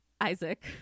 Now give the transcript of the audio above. isaac